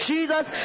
Jesus